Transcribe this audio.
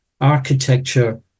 architecture